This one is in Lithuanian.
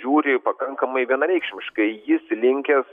žiūri pakankamai vienareikšmiškai jis linkęs